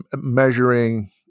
measuring